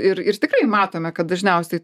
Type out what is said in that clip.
ir ir tikrai matome kad dažniausiai